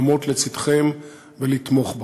לעמוד לצדכם ולתמוך בכם.